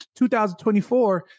2024